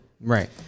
Right